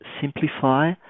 simplify